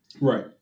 Right